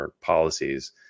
policies